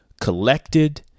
collected